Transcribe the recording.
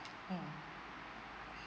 um